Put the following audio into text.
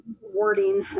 wording